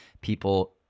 people